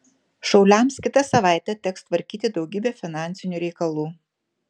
šauliams kitą savaitę teks tvarkyti daugybę finansinių reikalų